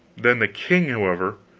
then the king however,